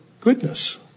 goodness